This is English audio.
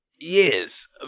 Yes